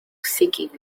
seeking